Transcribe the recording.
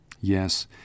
Yes